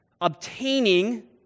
obtaining